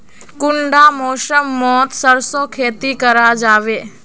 कुंडा मौसम मोत सरसों खेती करा जाबे?